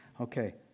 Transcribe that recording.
Okay